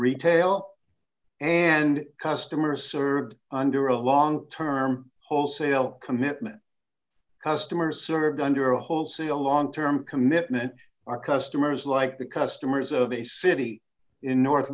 retail and customer served under a long term wholesale commitment customer served under a whole see a long term commitment our customers like the customers of a city in north